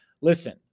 listen